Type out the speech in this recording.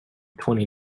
twenty